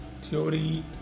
theory